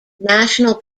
national